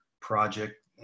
project